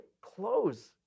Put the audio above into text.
clothes